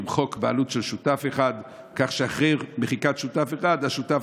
למחוק בעלות של שותף אחד כך שאחרי מחיקת שותף אחד השותף